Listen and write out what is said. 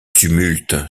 tumulte